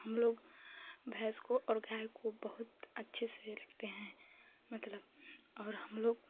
हमलोग भैँस को और गाय को बहुत अच्छे से रखते हैं मतलब और हमलोग